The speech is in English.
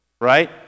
right